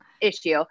issue